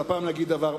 אבל הפעם נגיד דבר,